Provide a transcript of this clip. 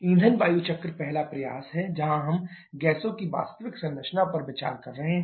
ईंधन वायु चक्र पहला प्रयास है जहां हम गैसों की वास्तविक संरचना पर विचार कर रहे हैं